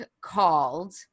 called